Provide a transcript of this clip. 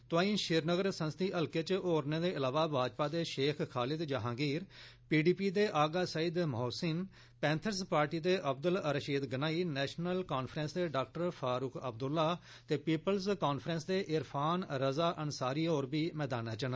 तोआंई श्रीनगर संसदी हल्के च होरने दे इलावा भाजपा दे शेख खालिद जहांगीर पीडीपी दे आगा सईद मोहसिन पैंथर्स पार्टी दे अब्दुल रशीद गनाई नैशनल कांफ्रैंस दे डॉ फारूक अब्दुल्ला ते पीपुल्स कांफ्रैंस दे इरफान रज़ा अंसारी होर मैदान च न